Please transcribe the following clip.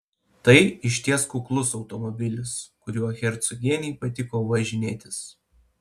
tai išties kuklus automobilis kuriuo hercogienei patiko važinėtis